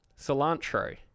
cilantro